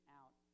out